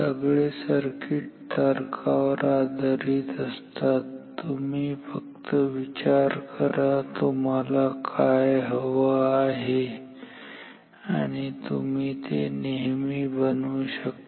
सगळे सर्किट तर्कावर आधारित असतात तुम्ही फक्त विचार करा तुम्हाला काय हवं आहे आणि तुम्ही ते नेहमी बनवू शकता